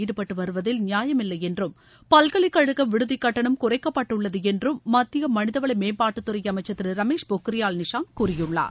ஈடுபட்டுவருவதில் நியாயமில்லை என்றும் பல்கலைக்கழக கட்டணம் விடுசி குறைக்கப்பட்டுள்ளது என்றும் மத்திய மனிதவள மேம்பாட்டுத் துறை அமைச்சர் திரு ரமேஷ் பொக்ரியால் நிஷாங்க் கூறியுள்ளார்